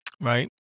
Right